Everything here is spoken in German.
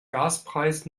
gaspreis